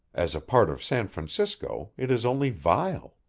as a part of san francisco it is only vile.